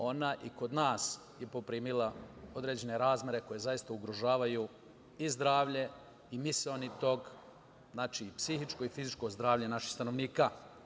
Ona je i kod nas poprimila određene razmere koje zaista ugrožavaju i zdravlje, psihičko i fizičko zdravlje naših stanovnika.